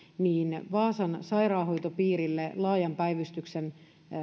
että vaasan sairaanhoitopiirille laajan päivystyksen